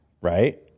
right